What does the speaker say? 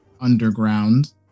underground